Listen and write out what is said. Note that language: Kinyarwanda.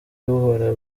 buhora